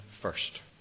first